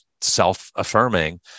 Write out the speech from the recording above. self-affirming